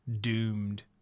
doomed